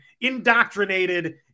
indoctrinated